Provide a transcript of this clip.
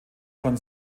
von